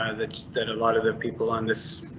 ah that's that a lot of the people on this.